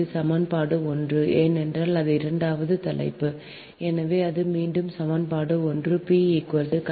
இது சமன்பாடு 1 ஏனென்றால் இது இரண்டாவது தலைப்பு எனவே இது மீண்டும் சமன்பாடு 1